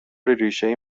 ریشهای